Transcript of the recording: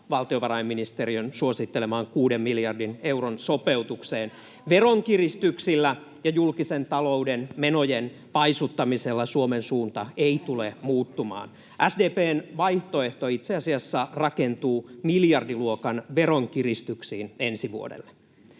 valtiovarainministeriön suosittelemaan kuuden miljardin euron sopeutukseen. [Piritta Rantasen välihuuto] Veronkiristyksillä ja julkisen talouden menojen paisuttamisella Suomen suunta ei tule muuttumaan. SDP:n vaihtoehto itse asiassa rakentuu miljardiluokan veronkiristyksiin ensi vuodelle.